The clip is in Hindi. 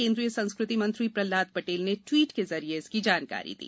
केन्द्रीय संस्कृति मंत्री प्रह्लाद पटेल ने ट्वीट के जरिए इसकी जानकारी दी